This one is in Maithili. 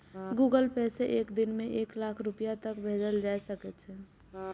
गूगल पे सं एक दिन मे एक लाख रुपैया तक भेजल जा सकै छै